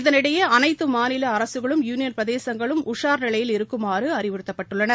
இதனிடையே அனைத்து மாநில அரசுகளும் யூனியன் பிரதேசங்களும் உஷார்ந ிலையில் இருக்குமாறு அறிவுத்ததப்பட்டுள்ளனர்